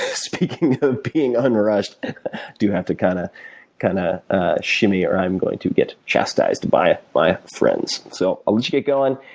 speaking of being unrushed. i do have to kind of kind of ah shimmy or i'm going to get chastised by my friends. so, i'll let you get going.